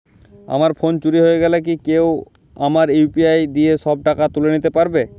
আমার ফোন চুরি হয়ে গেলে কি কেউ আমার ইউ.পি.আই দিয়ে সব টাকা তুলে নিতে পারবে?